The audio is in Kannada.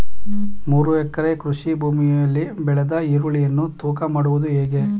ಮೂರು ಎಕರೆ ಕೃಷಿ ಭೂಮಿಯಲ್ಲಿ ಬೆಳೆದ ಈರುಳ್ಳಿಯನ್ನು ತೂಕ ಮಾಡುವುದು ಹೇಗೆ?